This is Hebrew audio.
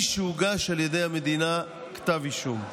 משהוגש על ידי המדינה כתב אישום.